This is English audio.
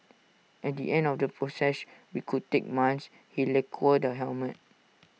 at the end of the process we could take months he lacquers the helmet